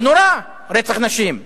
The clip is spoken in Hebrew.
זה נורא, רצח נשים.